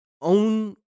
own